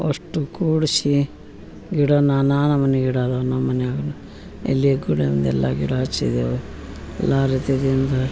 ಅಷ್ಟು ಕೂಡ್ಸಿ ಗಿಡ ನಾನಾ ನಮೂನಿ ಗಿಡ ಅದಾವ ನಮ್ಮ ಮನ್ಯಾಗ ಇಲ್ಲಿ ಕೂಡ ನಮ್ದು ಎಲ್ಲ ಗಿಡ ಹಚ್ಚಿದೇವೆ ಎಲ್ಲ ರೀತಿಯಿಂದ